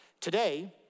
Today